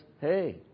hey